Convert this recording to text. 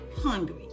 hungry